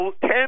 ten